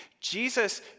Jesus